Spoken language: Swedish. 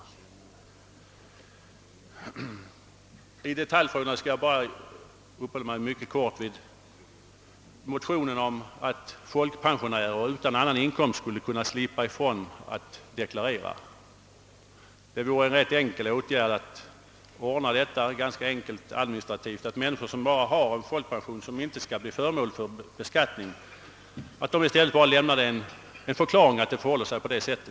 Vad detaljfrågorna beträffar skall jag bara uppehålla mig litet grand vid motionen om att folkpensionärer utan annan inkomst än pension skulle slippa att deklarera. Det skulle vara rätt enkelt att administrativt ordna detta. Människor som bara har folkpension som inte skall bli föremål för beskattning behövde endast lämna en förklaring att det förhåller sig på detta sätt.